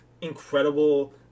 incredible